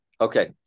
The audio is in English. Okay